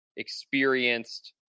experienced